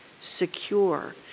secure